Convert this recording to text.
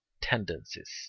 tendencies